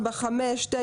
4, 5, 9,